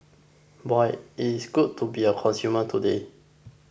boy it's good to be a consumer today